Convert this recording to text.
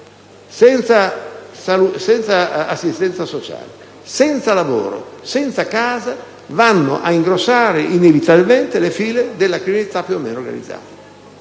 Senza assistenza sociale, senza lavoro e senza casa vanno a ingrossare inevitabilmente le file della criminalità più o meno organizzata.